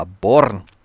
born